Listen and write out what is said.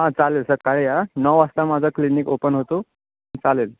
हां चालेल सकाळी या नऊ वाजता माझा क्लिनिक ओपन होतो चालेल